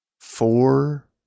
four